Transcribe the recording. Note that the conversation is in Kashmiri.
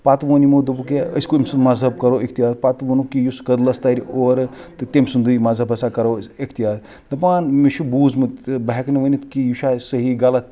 پتہٕ ووٚن یِمو دوٚپُکھ ہے أسۍ کٔمۍ سُنٛد مَزہَب کَرو اِختِیار پتہٕ ووٚنُکھ کہِ یُس کٕدلَس تَرِ اورٕ تہٕ تٔمۍ سُنٛدُے مَزہَب ہسا کَرو أسۍ اِختِیار دَپان مےٚ چھُ بوٗزمُت بہٕ ہیکہٕ نہٕ ؤنِتھ کِہیٖنۍ یہِ چھےٚ سٕہی غَلَط تہِ